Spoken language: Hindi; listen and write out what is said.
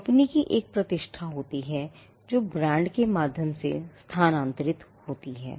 कंपनी की एक प्रतिष्ठा होती है जो ब्रांड के माध्यम से स्थानांतरित होती है